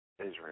Israel